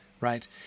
right